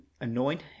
anoint